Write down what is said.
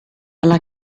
alla